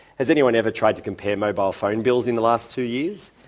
has anyone ever tried to compare mobile phone bills in the last two years?